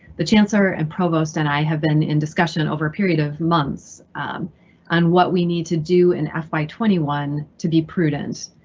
the chancellor and provost and i have been in discussion in over a period of months on what we need to do in fy twenty one to be prudent.